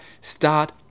start